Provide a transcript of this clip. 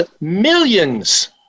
millions